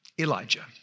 Elijah